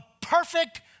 perfect